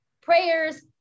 Prayers